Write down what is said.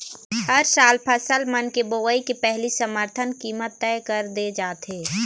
हर साल फसल मन के बोवई के पहिली समरथन कीमत तय कर दे जाथे